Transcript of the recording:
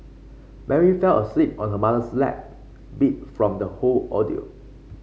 Mary fell asleep on her mother's lap beat from the whole ordeal